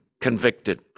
convicted